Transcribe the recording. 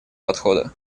подхода